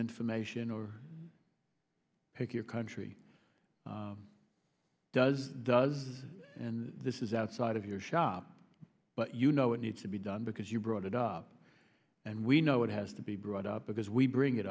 information or pick your country does does and this is outside of your shop but you know it needs to be done because you brought it up and we know it has to be brought up because we bring it